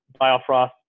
Biofrost